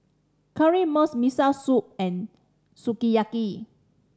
Currywurst Miso Soup and Sukiyaki